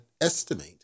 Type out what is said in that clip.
estimate